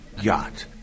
Yacht